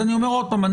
אז אני אומר עוד פעם,